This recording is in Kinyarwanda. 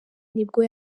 nibwo